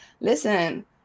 listen